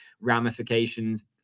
ramifications